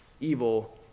evil